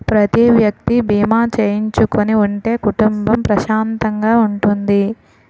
ప్రతి వ్యక్తి బీమా చేయించుకుని ఉంటే కుటుంబం ప్రశాంతంగా ఉంటుంది